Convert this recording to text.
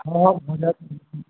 हँ भऽ जायत